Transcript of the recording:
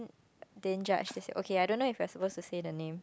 they judge okay I don't know if I supposed to say the name